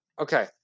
Okay